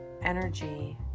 energy